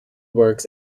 works